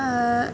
আর